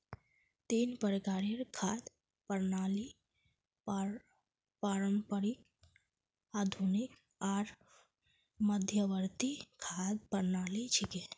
तीन प्रकारेर खाद्य प्रणालि पारंपरिक, आधुनिक आर मध्यवर्ती खाद्य प्रणालि छिके